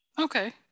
Okay